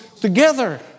together